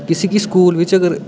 कि इसी स्कूल बिच्च अगर